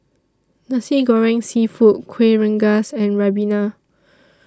Nasi Goreng Seafood Kueh Rengas and Ribena